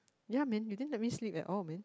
ya man you didn't let me sleep at all man